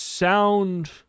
Sound